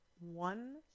one